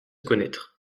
connaître